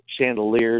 chandeliers